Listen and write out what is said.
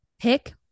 pick